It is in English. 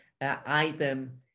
item